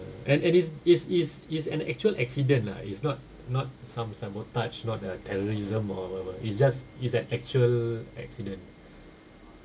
and it is is is is an actual accident lah it's not not some sabotage not a terrorism or whatever it's just it's an actual accident